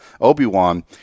obi-wan